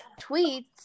tweets